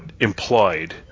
implied